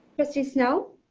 trustee snell.